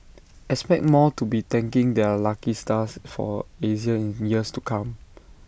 expect more to be thanking their lucky stars for Asia in years to come